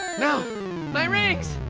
no, my rings.